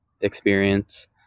experience